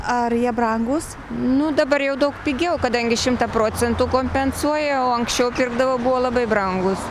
ar jie brangūs nu dabar jau daug pigiau kadangi šimtą procentų kompensuoja o anksčiau pirkdavau buvo labai brangūs